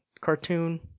cartoon